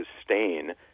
sustain